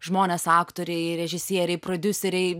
žmonės aktoriai režisieriai prodiuseriai